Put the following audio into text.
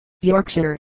Yorkshire